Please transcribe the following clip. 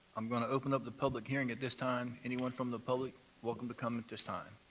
i'm going to open up the public hearing at this time. anyone from the public welcome to come at this time.